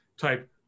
type